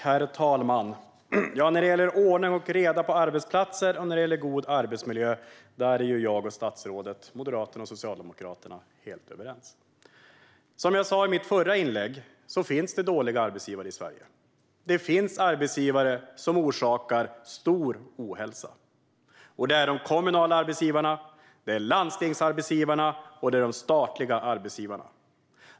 Herr talman! När det gäller ordning och reda på arbetsplatser och god arbetsmiljö är jag och statsrådet, Moderaterna och Socialdemokraterna, helt överens. Som jag sa i mitt förra inlägg finns det dåliga arbetsgivare i Sverige. Det finns arbetsgivare som orsakar stor ohälsa, och dessa är de kommunala arbetsgivarna, landstingsarbetsgivarna och de statliga arbetsgivarna.